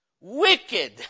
Wicked